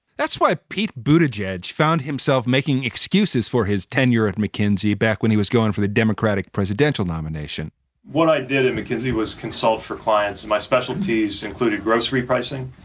that's why pete budig edge found himself making excuses for his tenure at mckinsey back when he was going for the democratic presidential nomination what i did it, mckinsey, was consult for clients. my specialties included grocery pricing.